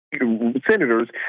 senators